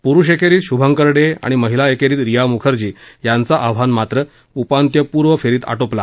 पुरुष एकरीत शुभंकर डे आणि महिला एकरीत रिया मुखर्जी यांचं आव्हान मात्र उपांत्यपूर्व फेरीत आटोपलं